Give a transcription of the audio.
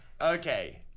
Okay